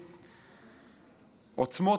עוצמות,